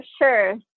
sure